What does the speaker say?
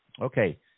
Okay